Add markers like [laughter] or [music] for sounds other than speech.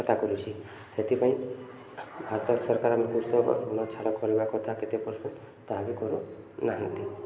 ଖାତା [unintelligible] ସେଥିପାଇଁ ଭାରତ ସରକାର ଆମ କୃଷକ ଋଣ ଛାଡ଼ କରିବା କଥା କେତେ ପର୍ସେଣ୍ଟ ତାହା ବି କରୁନାହାଁନ୍ତି